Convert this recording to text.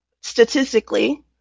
statistically